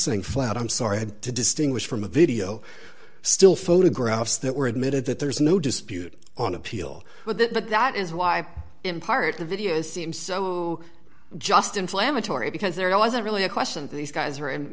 saying flat out i'm sorry i have to distinguish from a video still photographs that were admitted that there is no dispute on appeal but that is why in part the video seemed so just inflammatory because there wasn't really a question these guys were